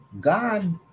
God